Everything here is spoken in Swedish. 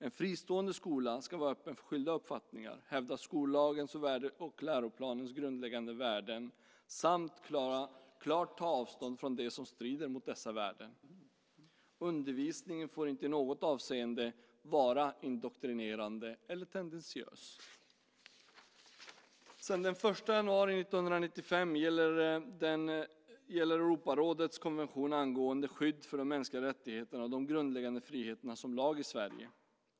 En fristående skola ska vara öppen för skilda uppfattningar, hävda skollagens och läroplanens grundläggande värden samt klart ta avstånd från det som strider mot dessa värden. Undervisningen får inte i något avseende vara indoktrinerande eller tendentiös. Sedan den 1 januari 1995 gäller Europarådets konvention angående skydd för de mänskliga rättigheterna och de grundläggande friheterna som lag i Sverige.